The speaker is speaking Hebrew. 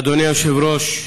אדוני היושב-ראש,